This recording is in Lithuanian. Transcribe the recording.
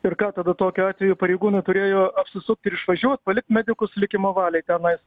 ir ką tada tokiu atveju pareigūnai turėjo apsisukt ir išvažiuot palikt medikus likimo valiai tenais